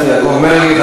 חבר הכנסת יעקב מרגי.